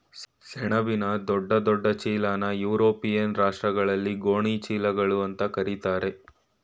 ಸೆಣಬಿನ ದೊಡ್ಡ ದೊಡ್ಡ ಚೀಲನಾ ಯುರೋಪಿಯನ್ ರಾಷ್ಟ್ರಗಳಲ್ಲಿ ಗೋಣಿ ಚೀಲಗಳು ಅಂತಾ ಕರೀತಾರೆ